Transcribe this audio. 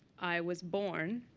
i was born.